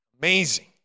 amazing